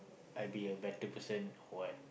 I be a better person or what